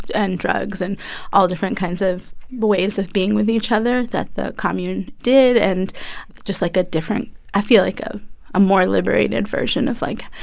and drugs and all different kinds of ways of being with each other that the commune did and just, like, a different i feel, like, ah a more liberated version of, like,